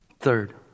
Third